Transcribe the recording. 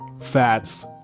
fats